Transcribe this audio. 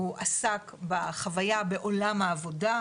הוא עסק בחוויה בעולם העבודה,